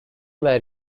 were